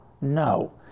No